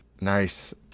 Nice